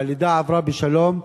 והלידה עברה בשלום,